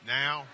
now